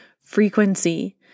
frequency